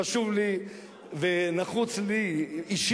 חשוב לי ונחוץ לי אישית,